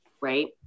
right